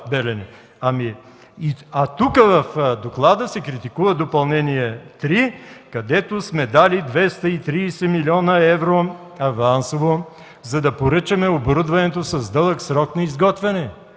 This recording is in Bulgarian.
А тук в доклада се критикува Допълнение 3, където сме дали 230 млн. евро авансово, за да поръчаме оборудването с дълъг срок на изготвяне,